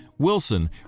Wilson